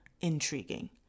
intriguing